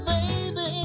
Baby